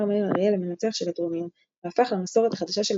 מאיר אריאל למנצח של הטורניר והפך למסורת החדשה של